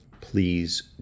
please